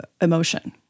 emotion